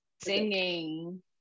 singing